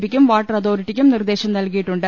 B യ്ക്കും water അതോറിറ്റിക്കും നിർദ്ദേശം നൽകിയിട്ടുണ്ട്